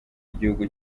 igihugu